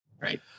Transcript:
Right